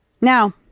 Now